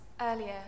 earlier